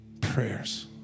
prayers